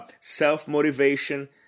self-motivation